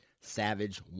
Savage